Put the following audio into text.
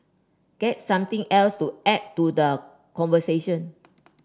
get something else to add to the conversation